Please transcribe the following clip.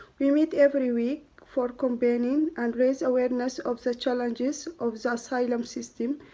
we meet every week for campaigning and raise awareness of the challenges of the asylum system,